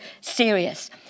serious